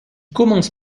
commence